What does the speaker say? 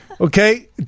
Okay